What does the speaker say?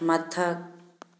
ꯃꯊꯛ